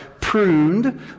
pruned